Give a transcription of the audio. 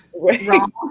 wrong